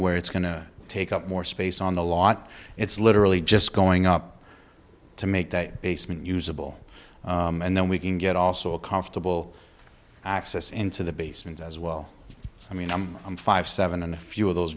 where it's going to take up more space on the lot it's literally just going up to make that basement usable and then we can get also a comfortable access into the basement as well i mean i'm i'm five seven and a few of those